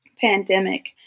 pandemic